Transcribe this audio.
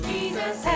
Jesus